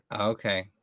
Okay